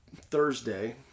Thursday